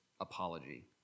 apology